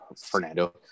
Fernando